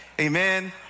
amen